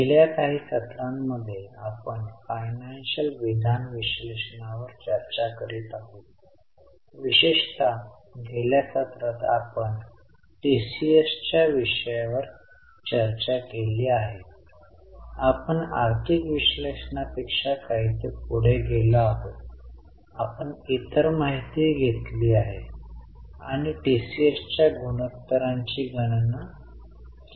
गेल्या काही सत्रांमध्ये आपण फायनान्शिअल विधान विश्लेषणावर चर्चा करीत आहोत विशेषत गेल्या सत्रात आपण टीसीएसच्या विषयावर चर्चा केली आहे आपण आर्थिक विश्लेषणापेक्षा काहीसे पुढे गेलो आहोत आपण इतर माहितीही घेतली आहे आणि टीसीएसच्या गुणोत्तरांची गणना केली आहे